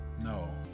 no